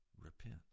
Repent